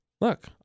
Look